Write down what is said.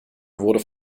wurde